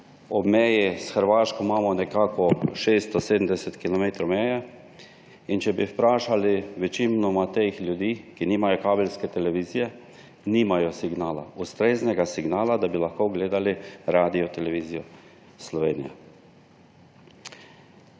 Ob meji s Hrvaško imamo nekako 670 kilometrov meje. In če bi vprašali večino teh ljudi, ki nimajo kabelske televizije, nimajo signala, ustreznega signala, da bi lahko gledali Radiotelevizijo Slovenija.